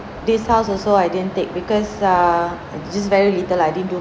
this house also I didn't take because err it's just very little lah I didn't do